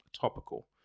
topical